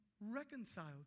reconciled